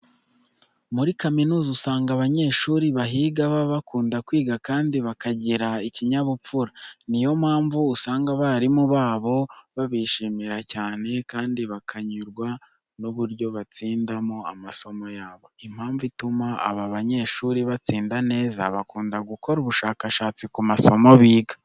Muri kaminuza usanga abanyeshuri bahiga baba bakunda kwiga kandi bakagira ikinyabupfura. Ni yo mpamvu usanga abarimu babo babishimira cyane kandi bakanyurwa n'uburyo batsindamo amasomo yabo. Impamvu ituma aba banyeshuri batsinda neza, bakunda gukora ubushakashatsi ku masomo biga.